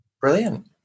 Brilliant